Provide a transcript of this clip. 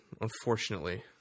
unfortunately